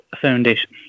Foundation